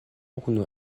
unu